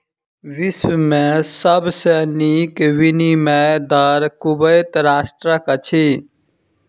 विश्व में सब सॅ नीक विनिमय दर कुवैत राष्ट्रक अछि